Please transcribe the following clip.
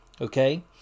Okay